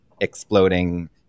exploding